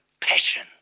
passion